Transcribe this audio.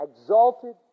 exalted